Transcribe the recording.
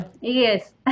Yes